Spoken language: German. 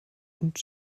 und